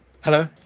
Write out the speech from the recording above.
hello